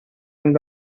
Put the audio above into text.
and